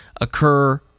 occur